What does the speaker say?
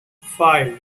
five